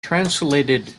translated